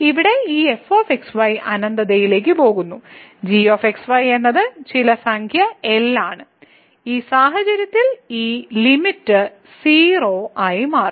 ഇവിടെ ഈ f x y അനന്തതയിലേക്ക് പോകുന്നു g x y എന്നത് ചില സംഖ്യ L ആണ് ഈ സാഹചര്യത്തിൽ ഈ ലിമിറ്റ് 0 ആയിരിക്കും